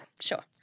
Sure